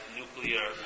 nuclear